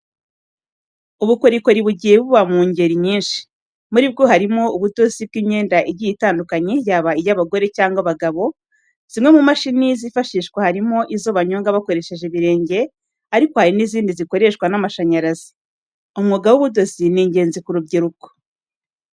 Ubukorikori bugiye buba mu ngeri nyinshyi, muri bwo harimo ubudozi bw'imyenda igiye itandukanye yaba iy'abagore cyangwa abagabo. Zimwe mu mashini zifashishwa harimo izo banyonga bakoresheje ibirenge ariko hari n'izindi zikoreshwa n'amashanyarazi. Umwuga w'ubudozi ni ingenzi ku rubyiruko.